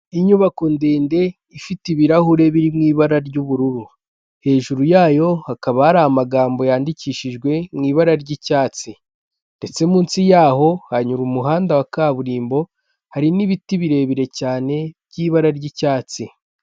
Inyubako ndende ifite ibirahure biri mu ibara ry'ubururu, hejuru yayo hakaba hari amagambo yandikishijwe mu ibara ry'icyatsi ndetse munsi y'aho hanyuma umuhanda wa kaburimbo hari n'ibiti birebire cyane by'ibara ry'icyatsi.